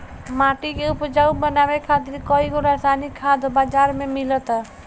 माटी के उपजाऊ बनावे खातिर कईगो रासायनिक खाद बाजार में मिलता